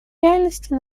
реальности